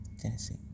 Tennessee